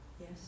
yes